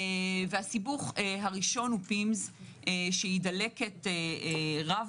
הסיבוך הראשון הוא PIMS שהיא דלקת רב